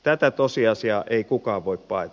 tätä tosiasiaa ei kukaan voi paeta